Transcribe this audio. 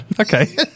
Okay